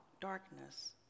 darkness